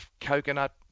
coconut